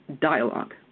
dialogue